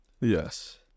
Yes